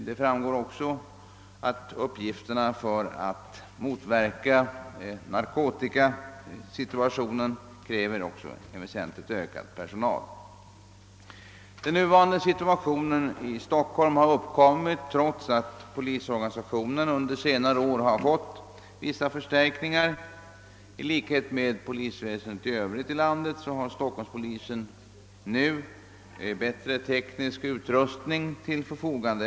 Det framgår också att de åtgärder, som föranleds av narkotikasituationen, kräver väsentligt ökad personal. Det rådande läget i Stockholm har uppstått trots att polisorganisationen under senare år fått vissa förstärkningar. I likhet med polisväsendet i landet i övrigt har stockholmspolisen nu bättre teknisk utrustning till sitt förfogande.